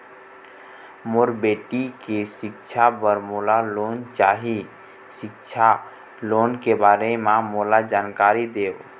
मोर बेटी के सिक्छा पर मोला लोन चाही सिक्छा लोन के बारे म मोला जानकारी देव?